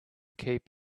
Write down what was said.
keep